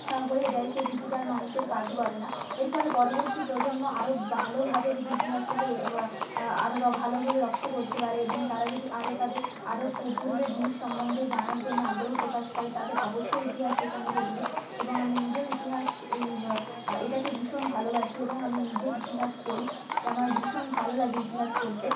হয়ে যায় সেই ভীতিটা আর মানুষের কাজ করে না এর ফলে পরবর্তী প্রজন্ম আরও ভালোভাবে যদি ইতিহাসটাকে এ আরও ভালোভাবে রপ্ত করতে পারে এবং তারা যদি আরও তাদের আরও পূর্বের জিনিস সম্বন্ধে জানার জন্য আগ্রহ প্রকাশ করে তাদের অবশ্যই ইতিহাস শেখানো জরুরি এবং আমি নিজেও ইতিহাস এই এটাকে ভীষণ ভালোবাসি এবং আমি নিজে ইতিহাস পড়ি এ আমার ভীষণ ভালো লাগে ইতিহাস পড়তে